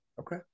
Okay